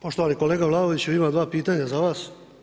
Poštovani kolega Vlaoviću, imam dva pitanja za vas.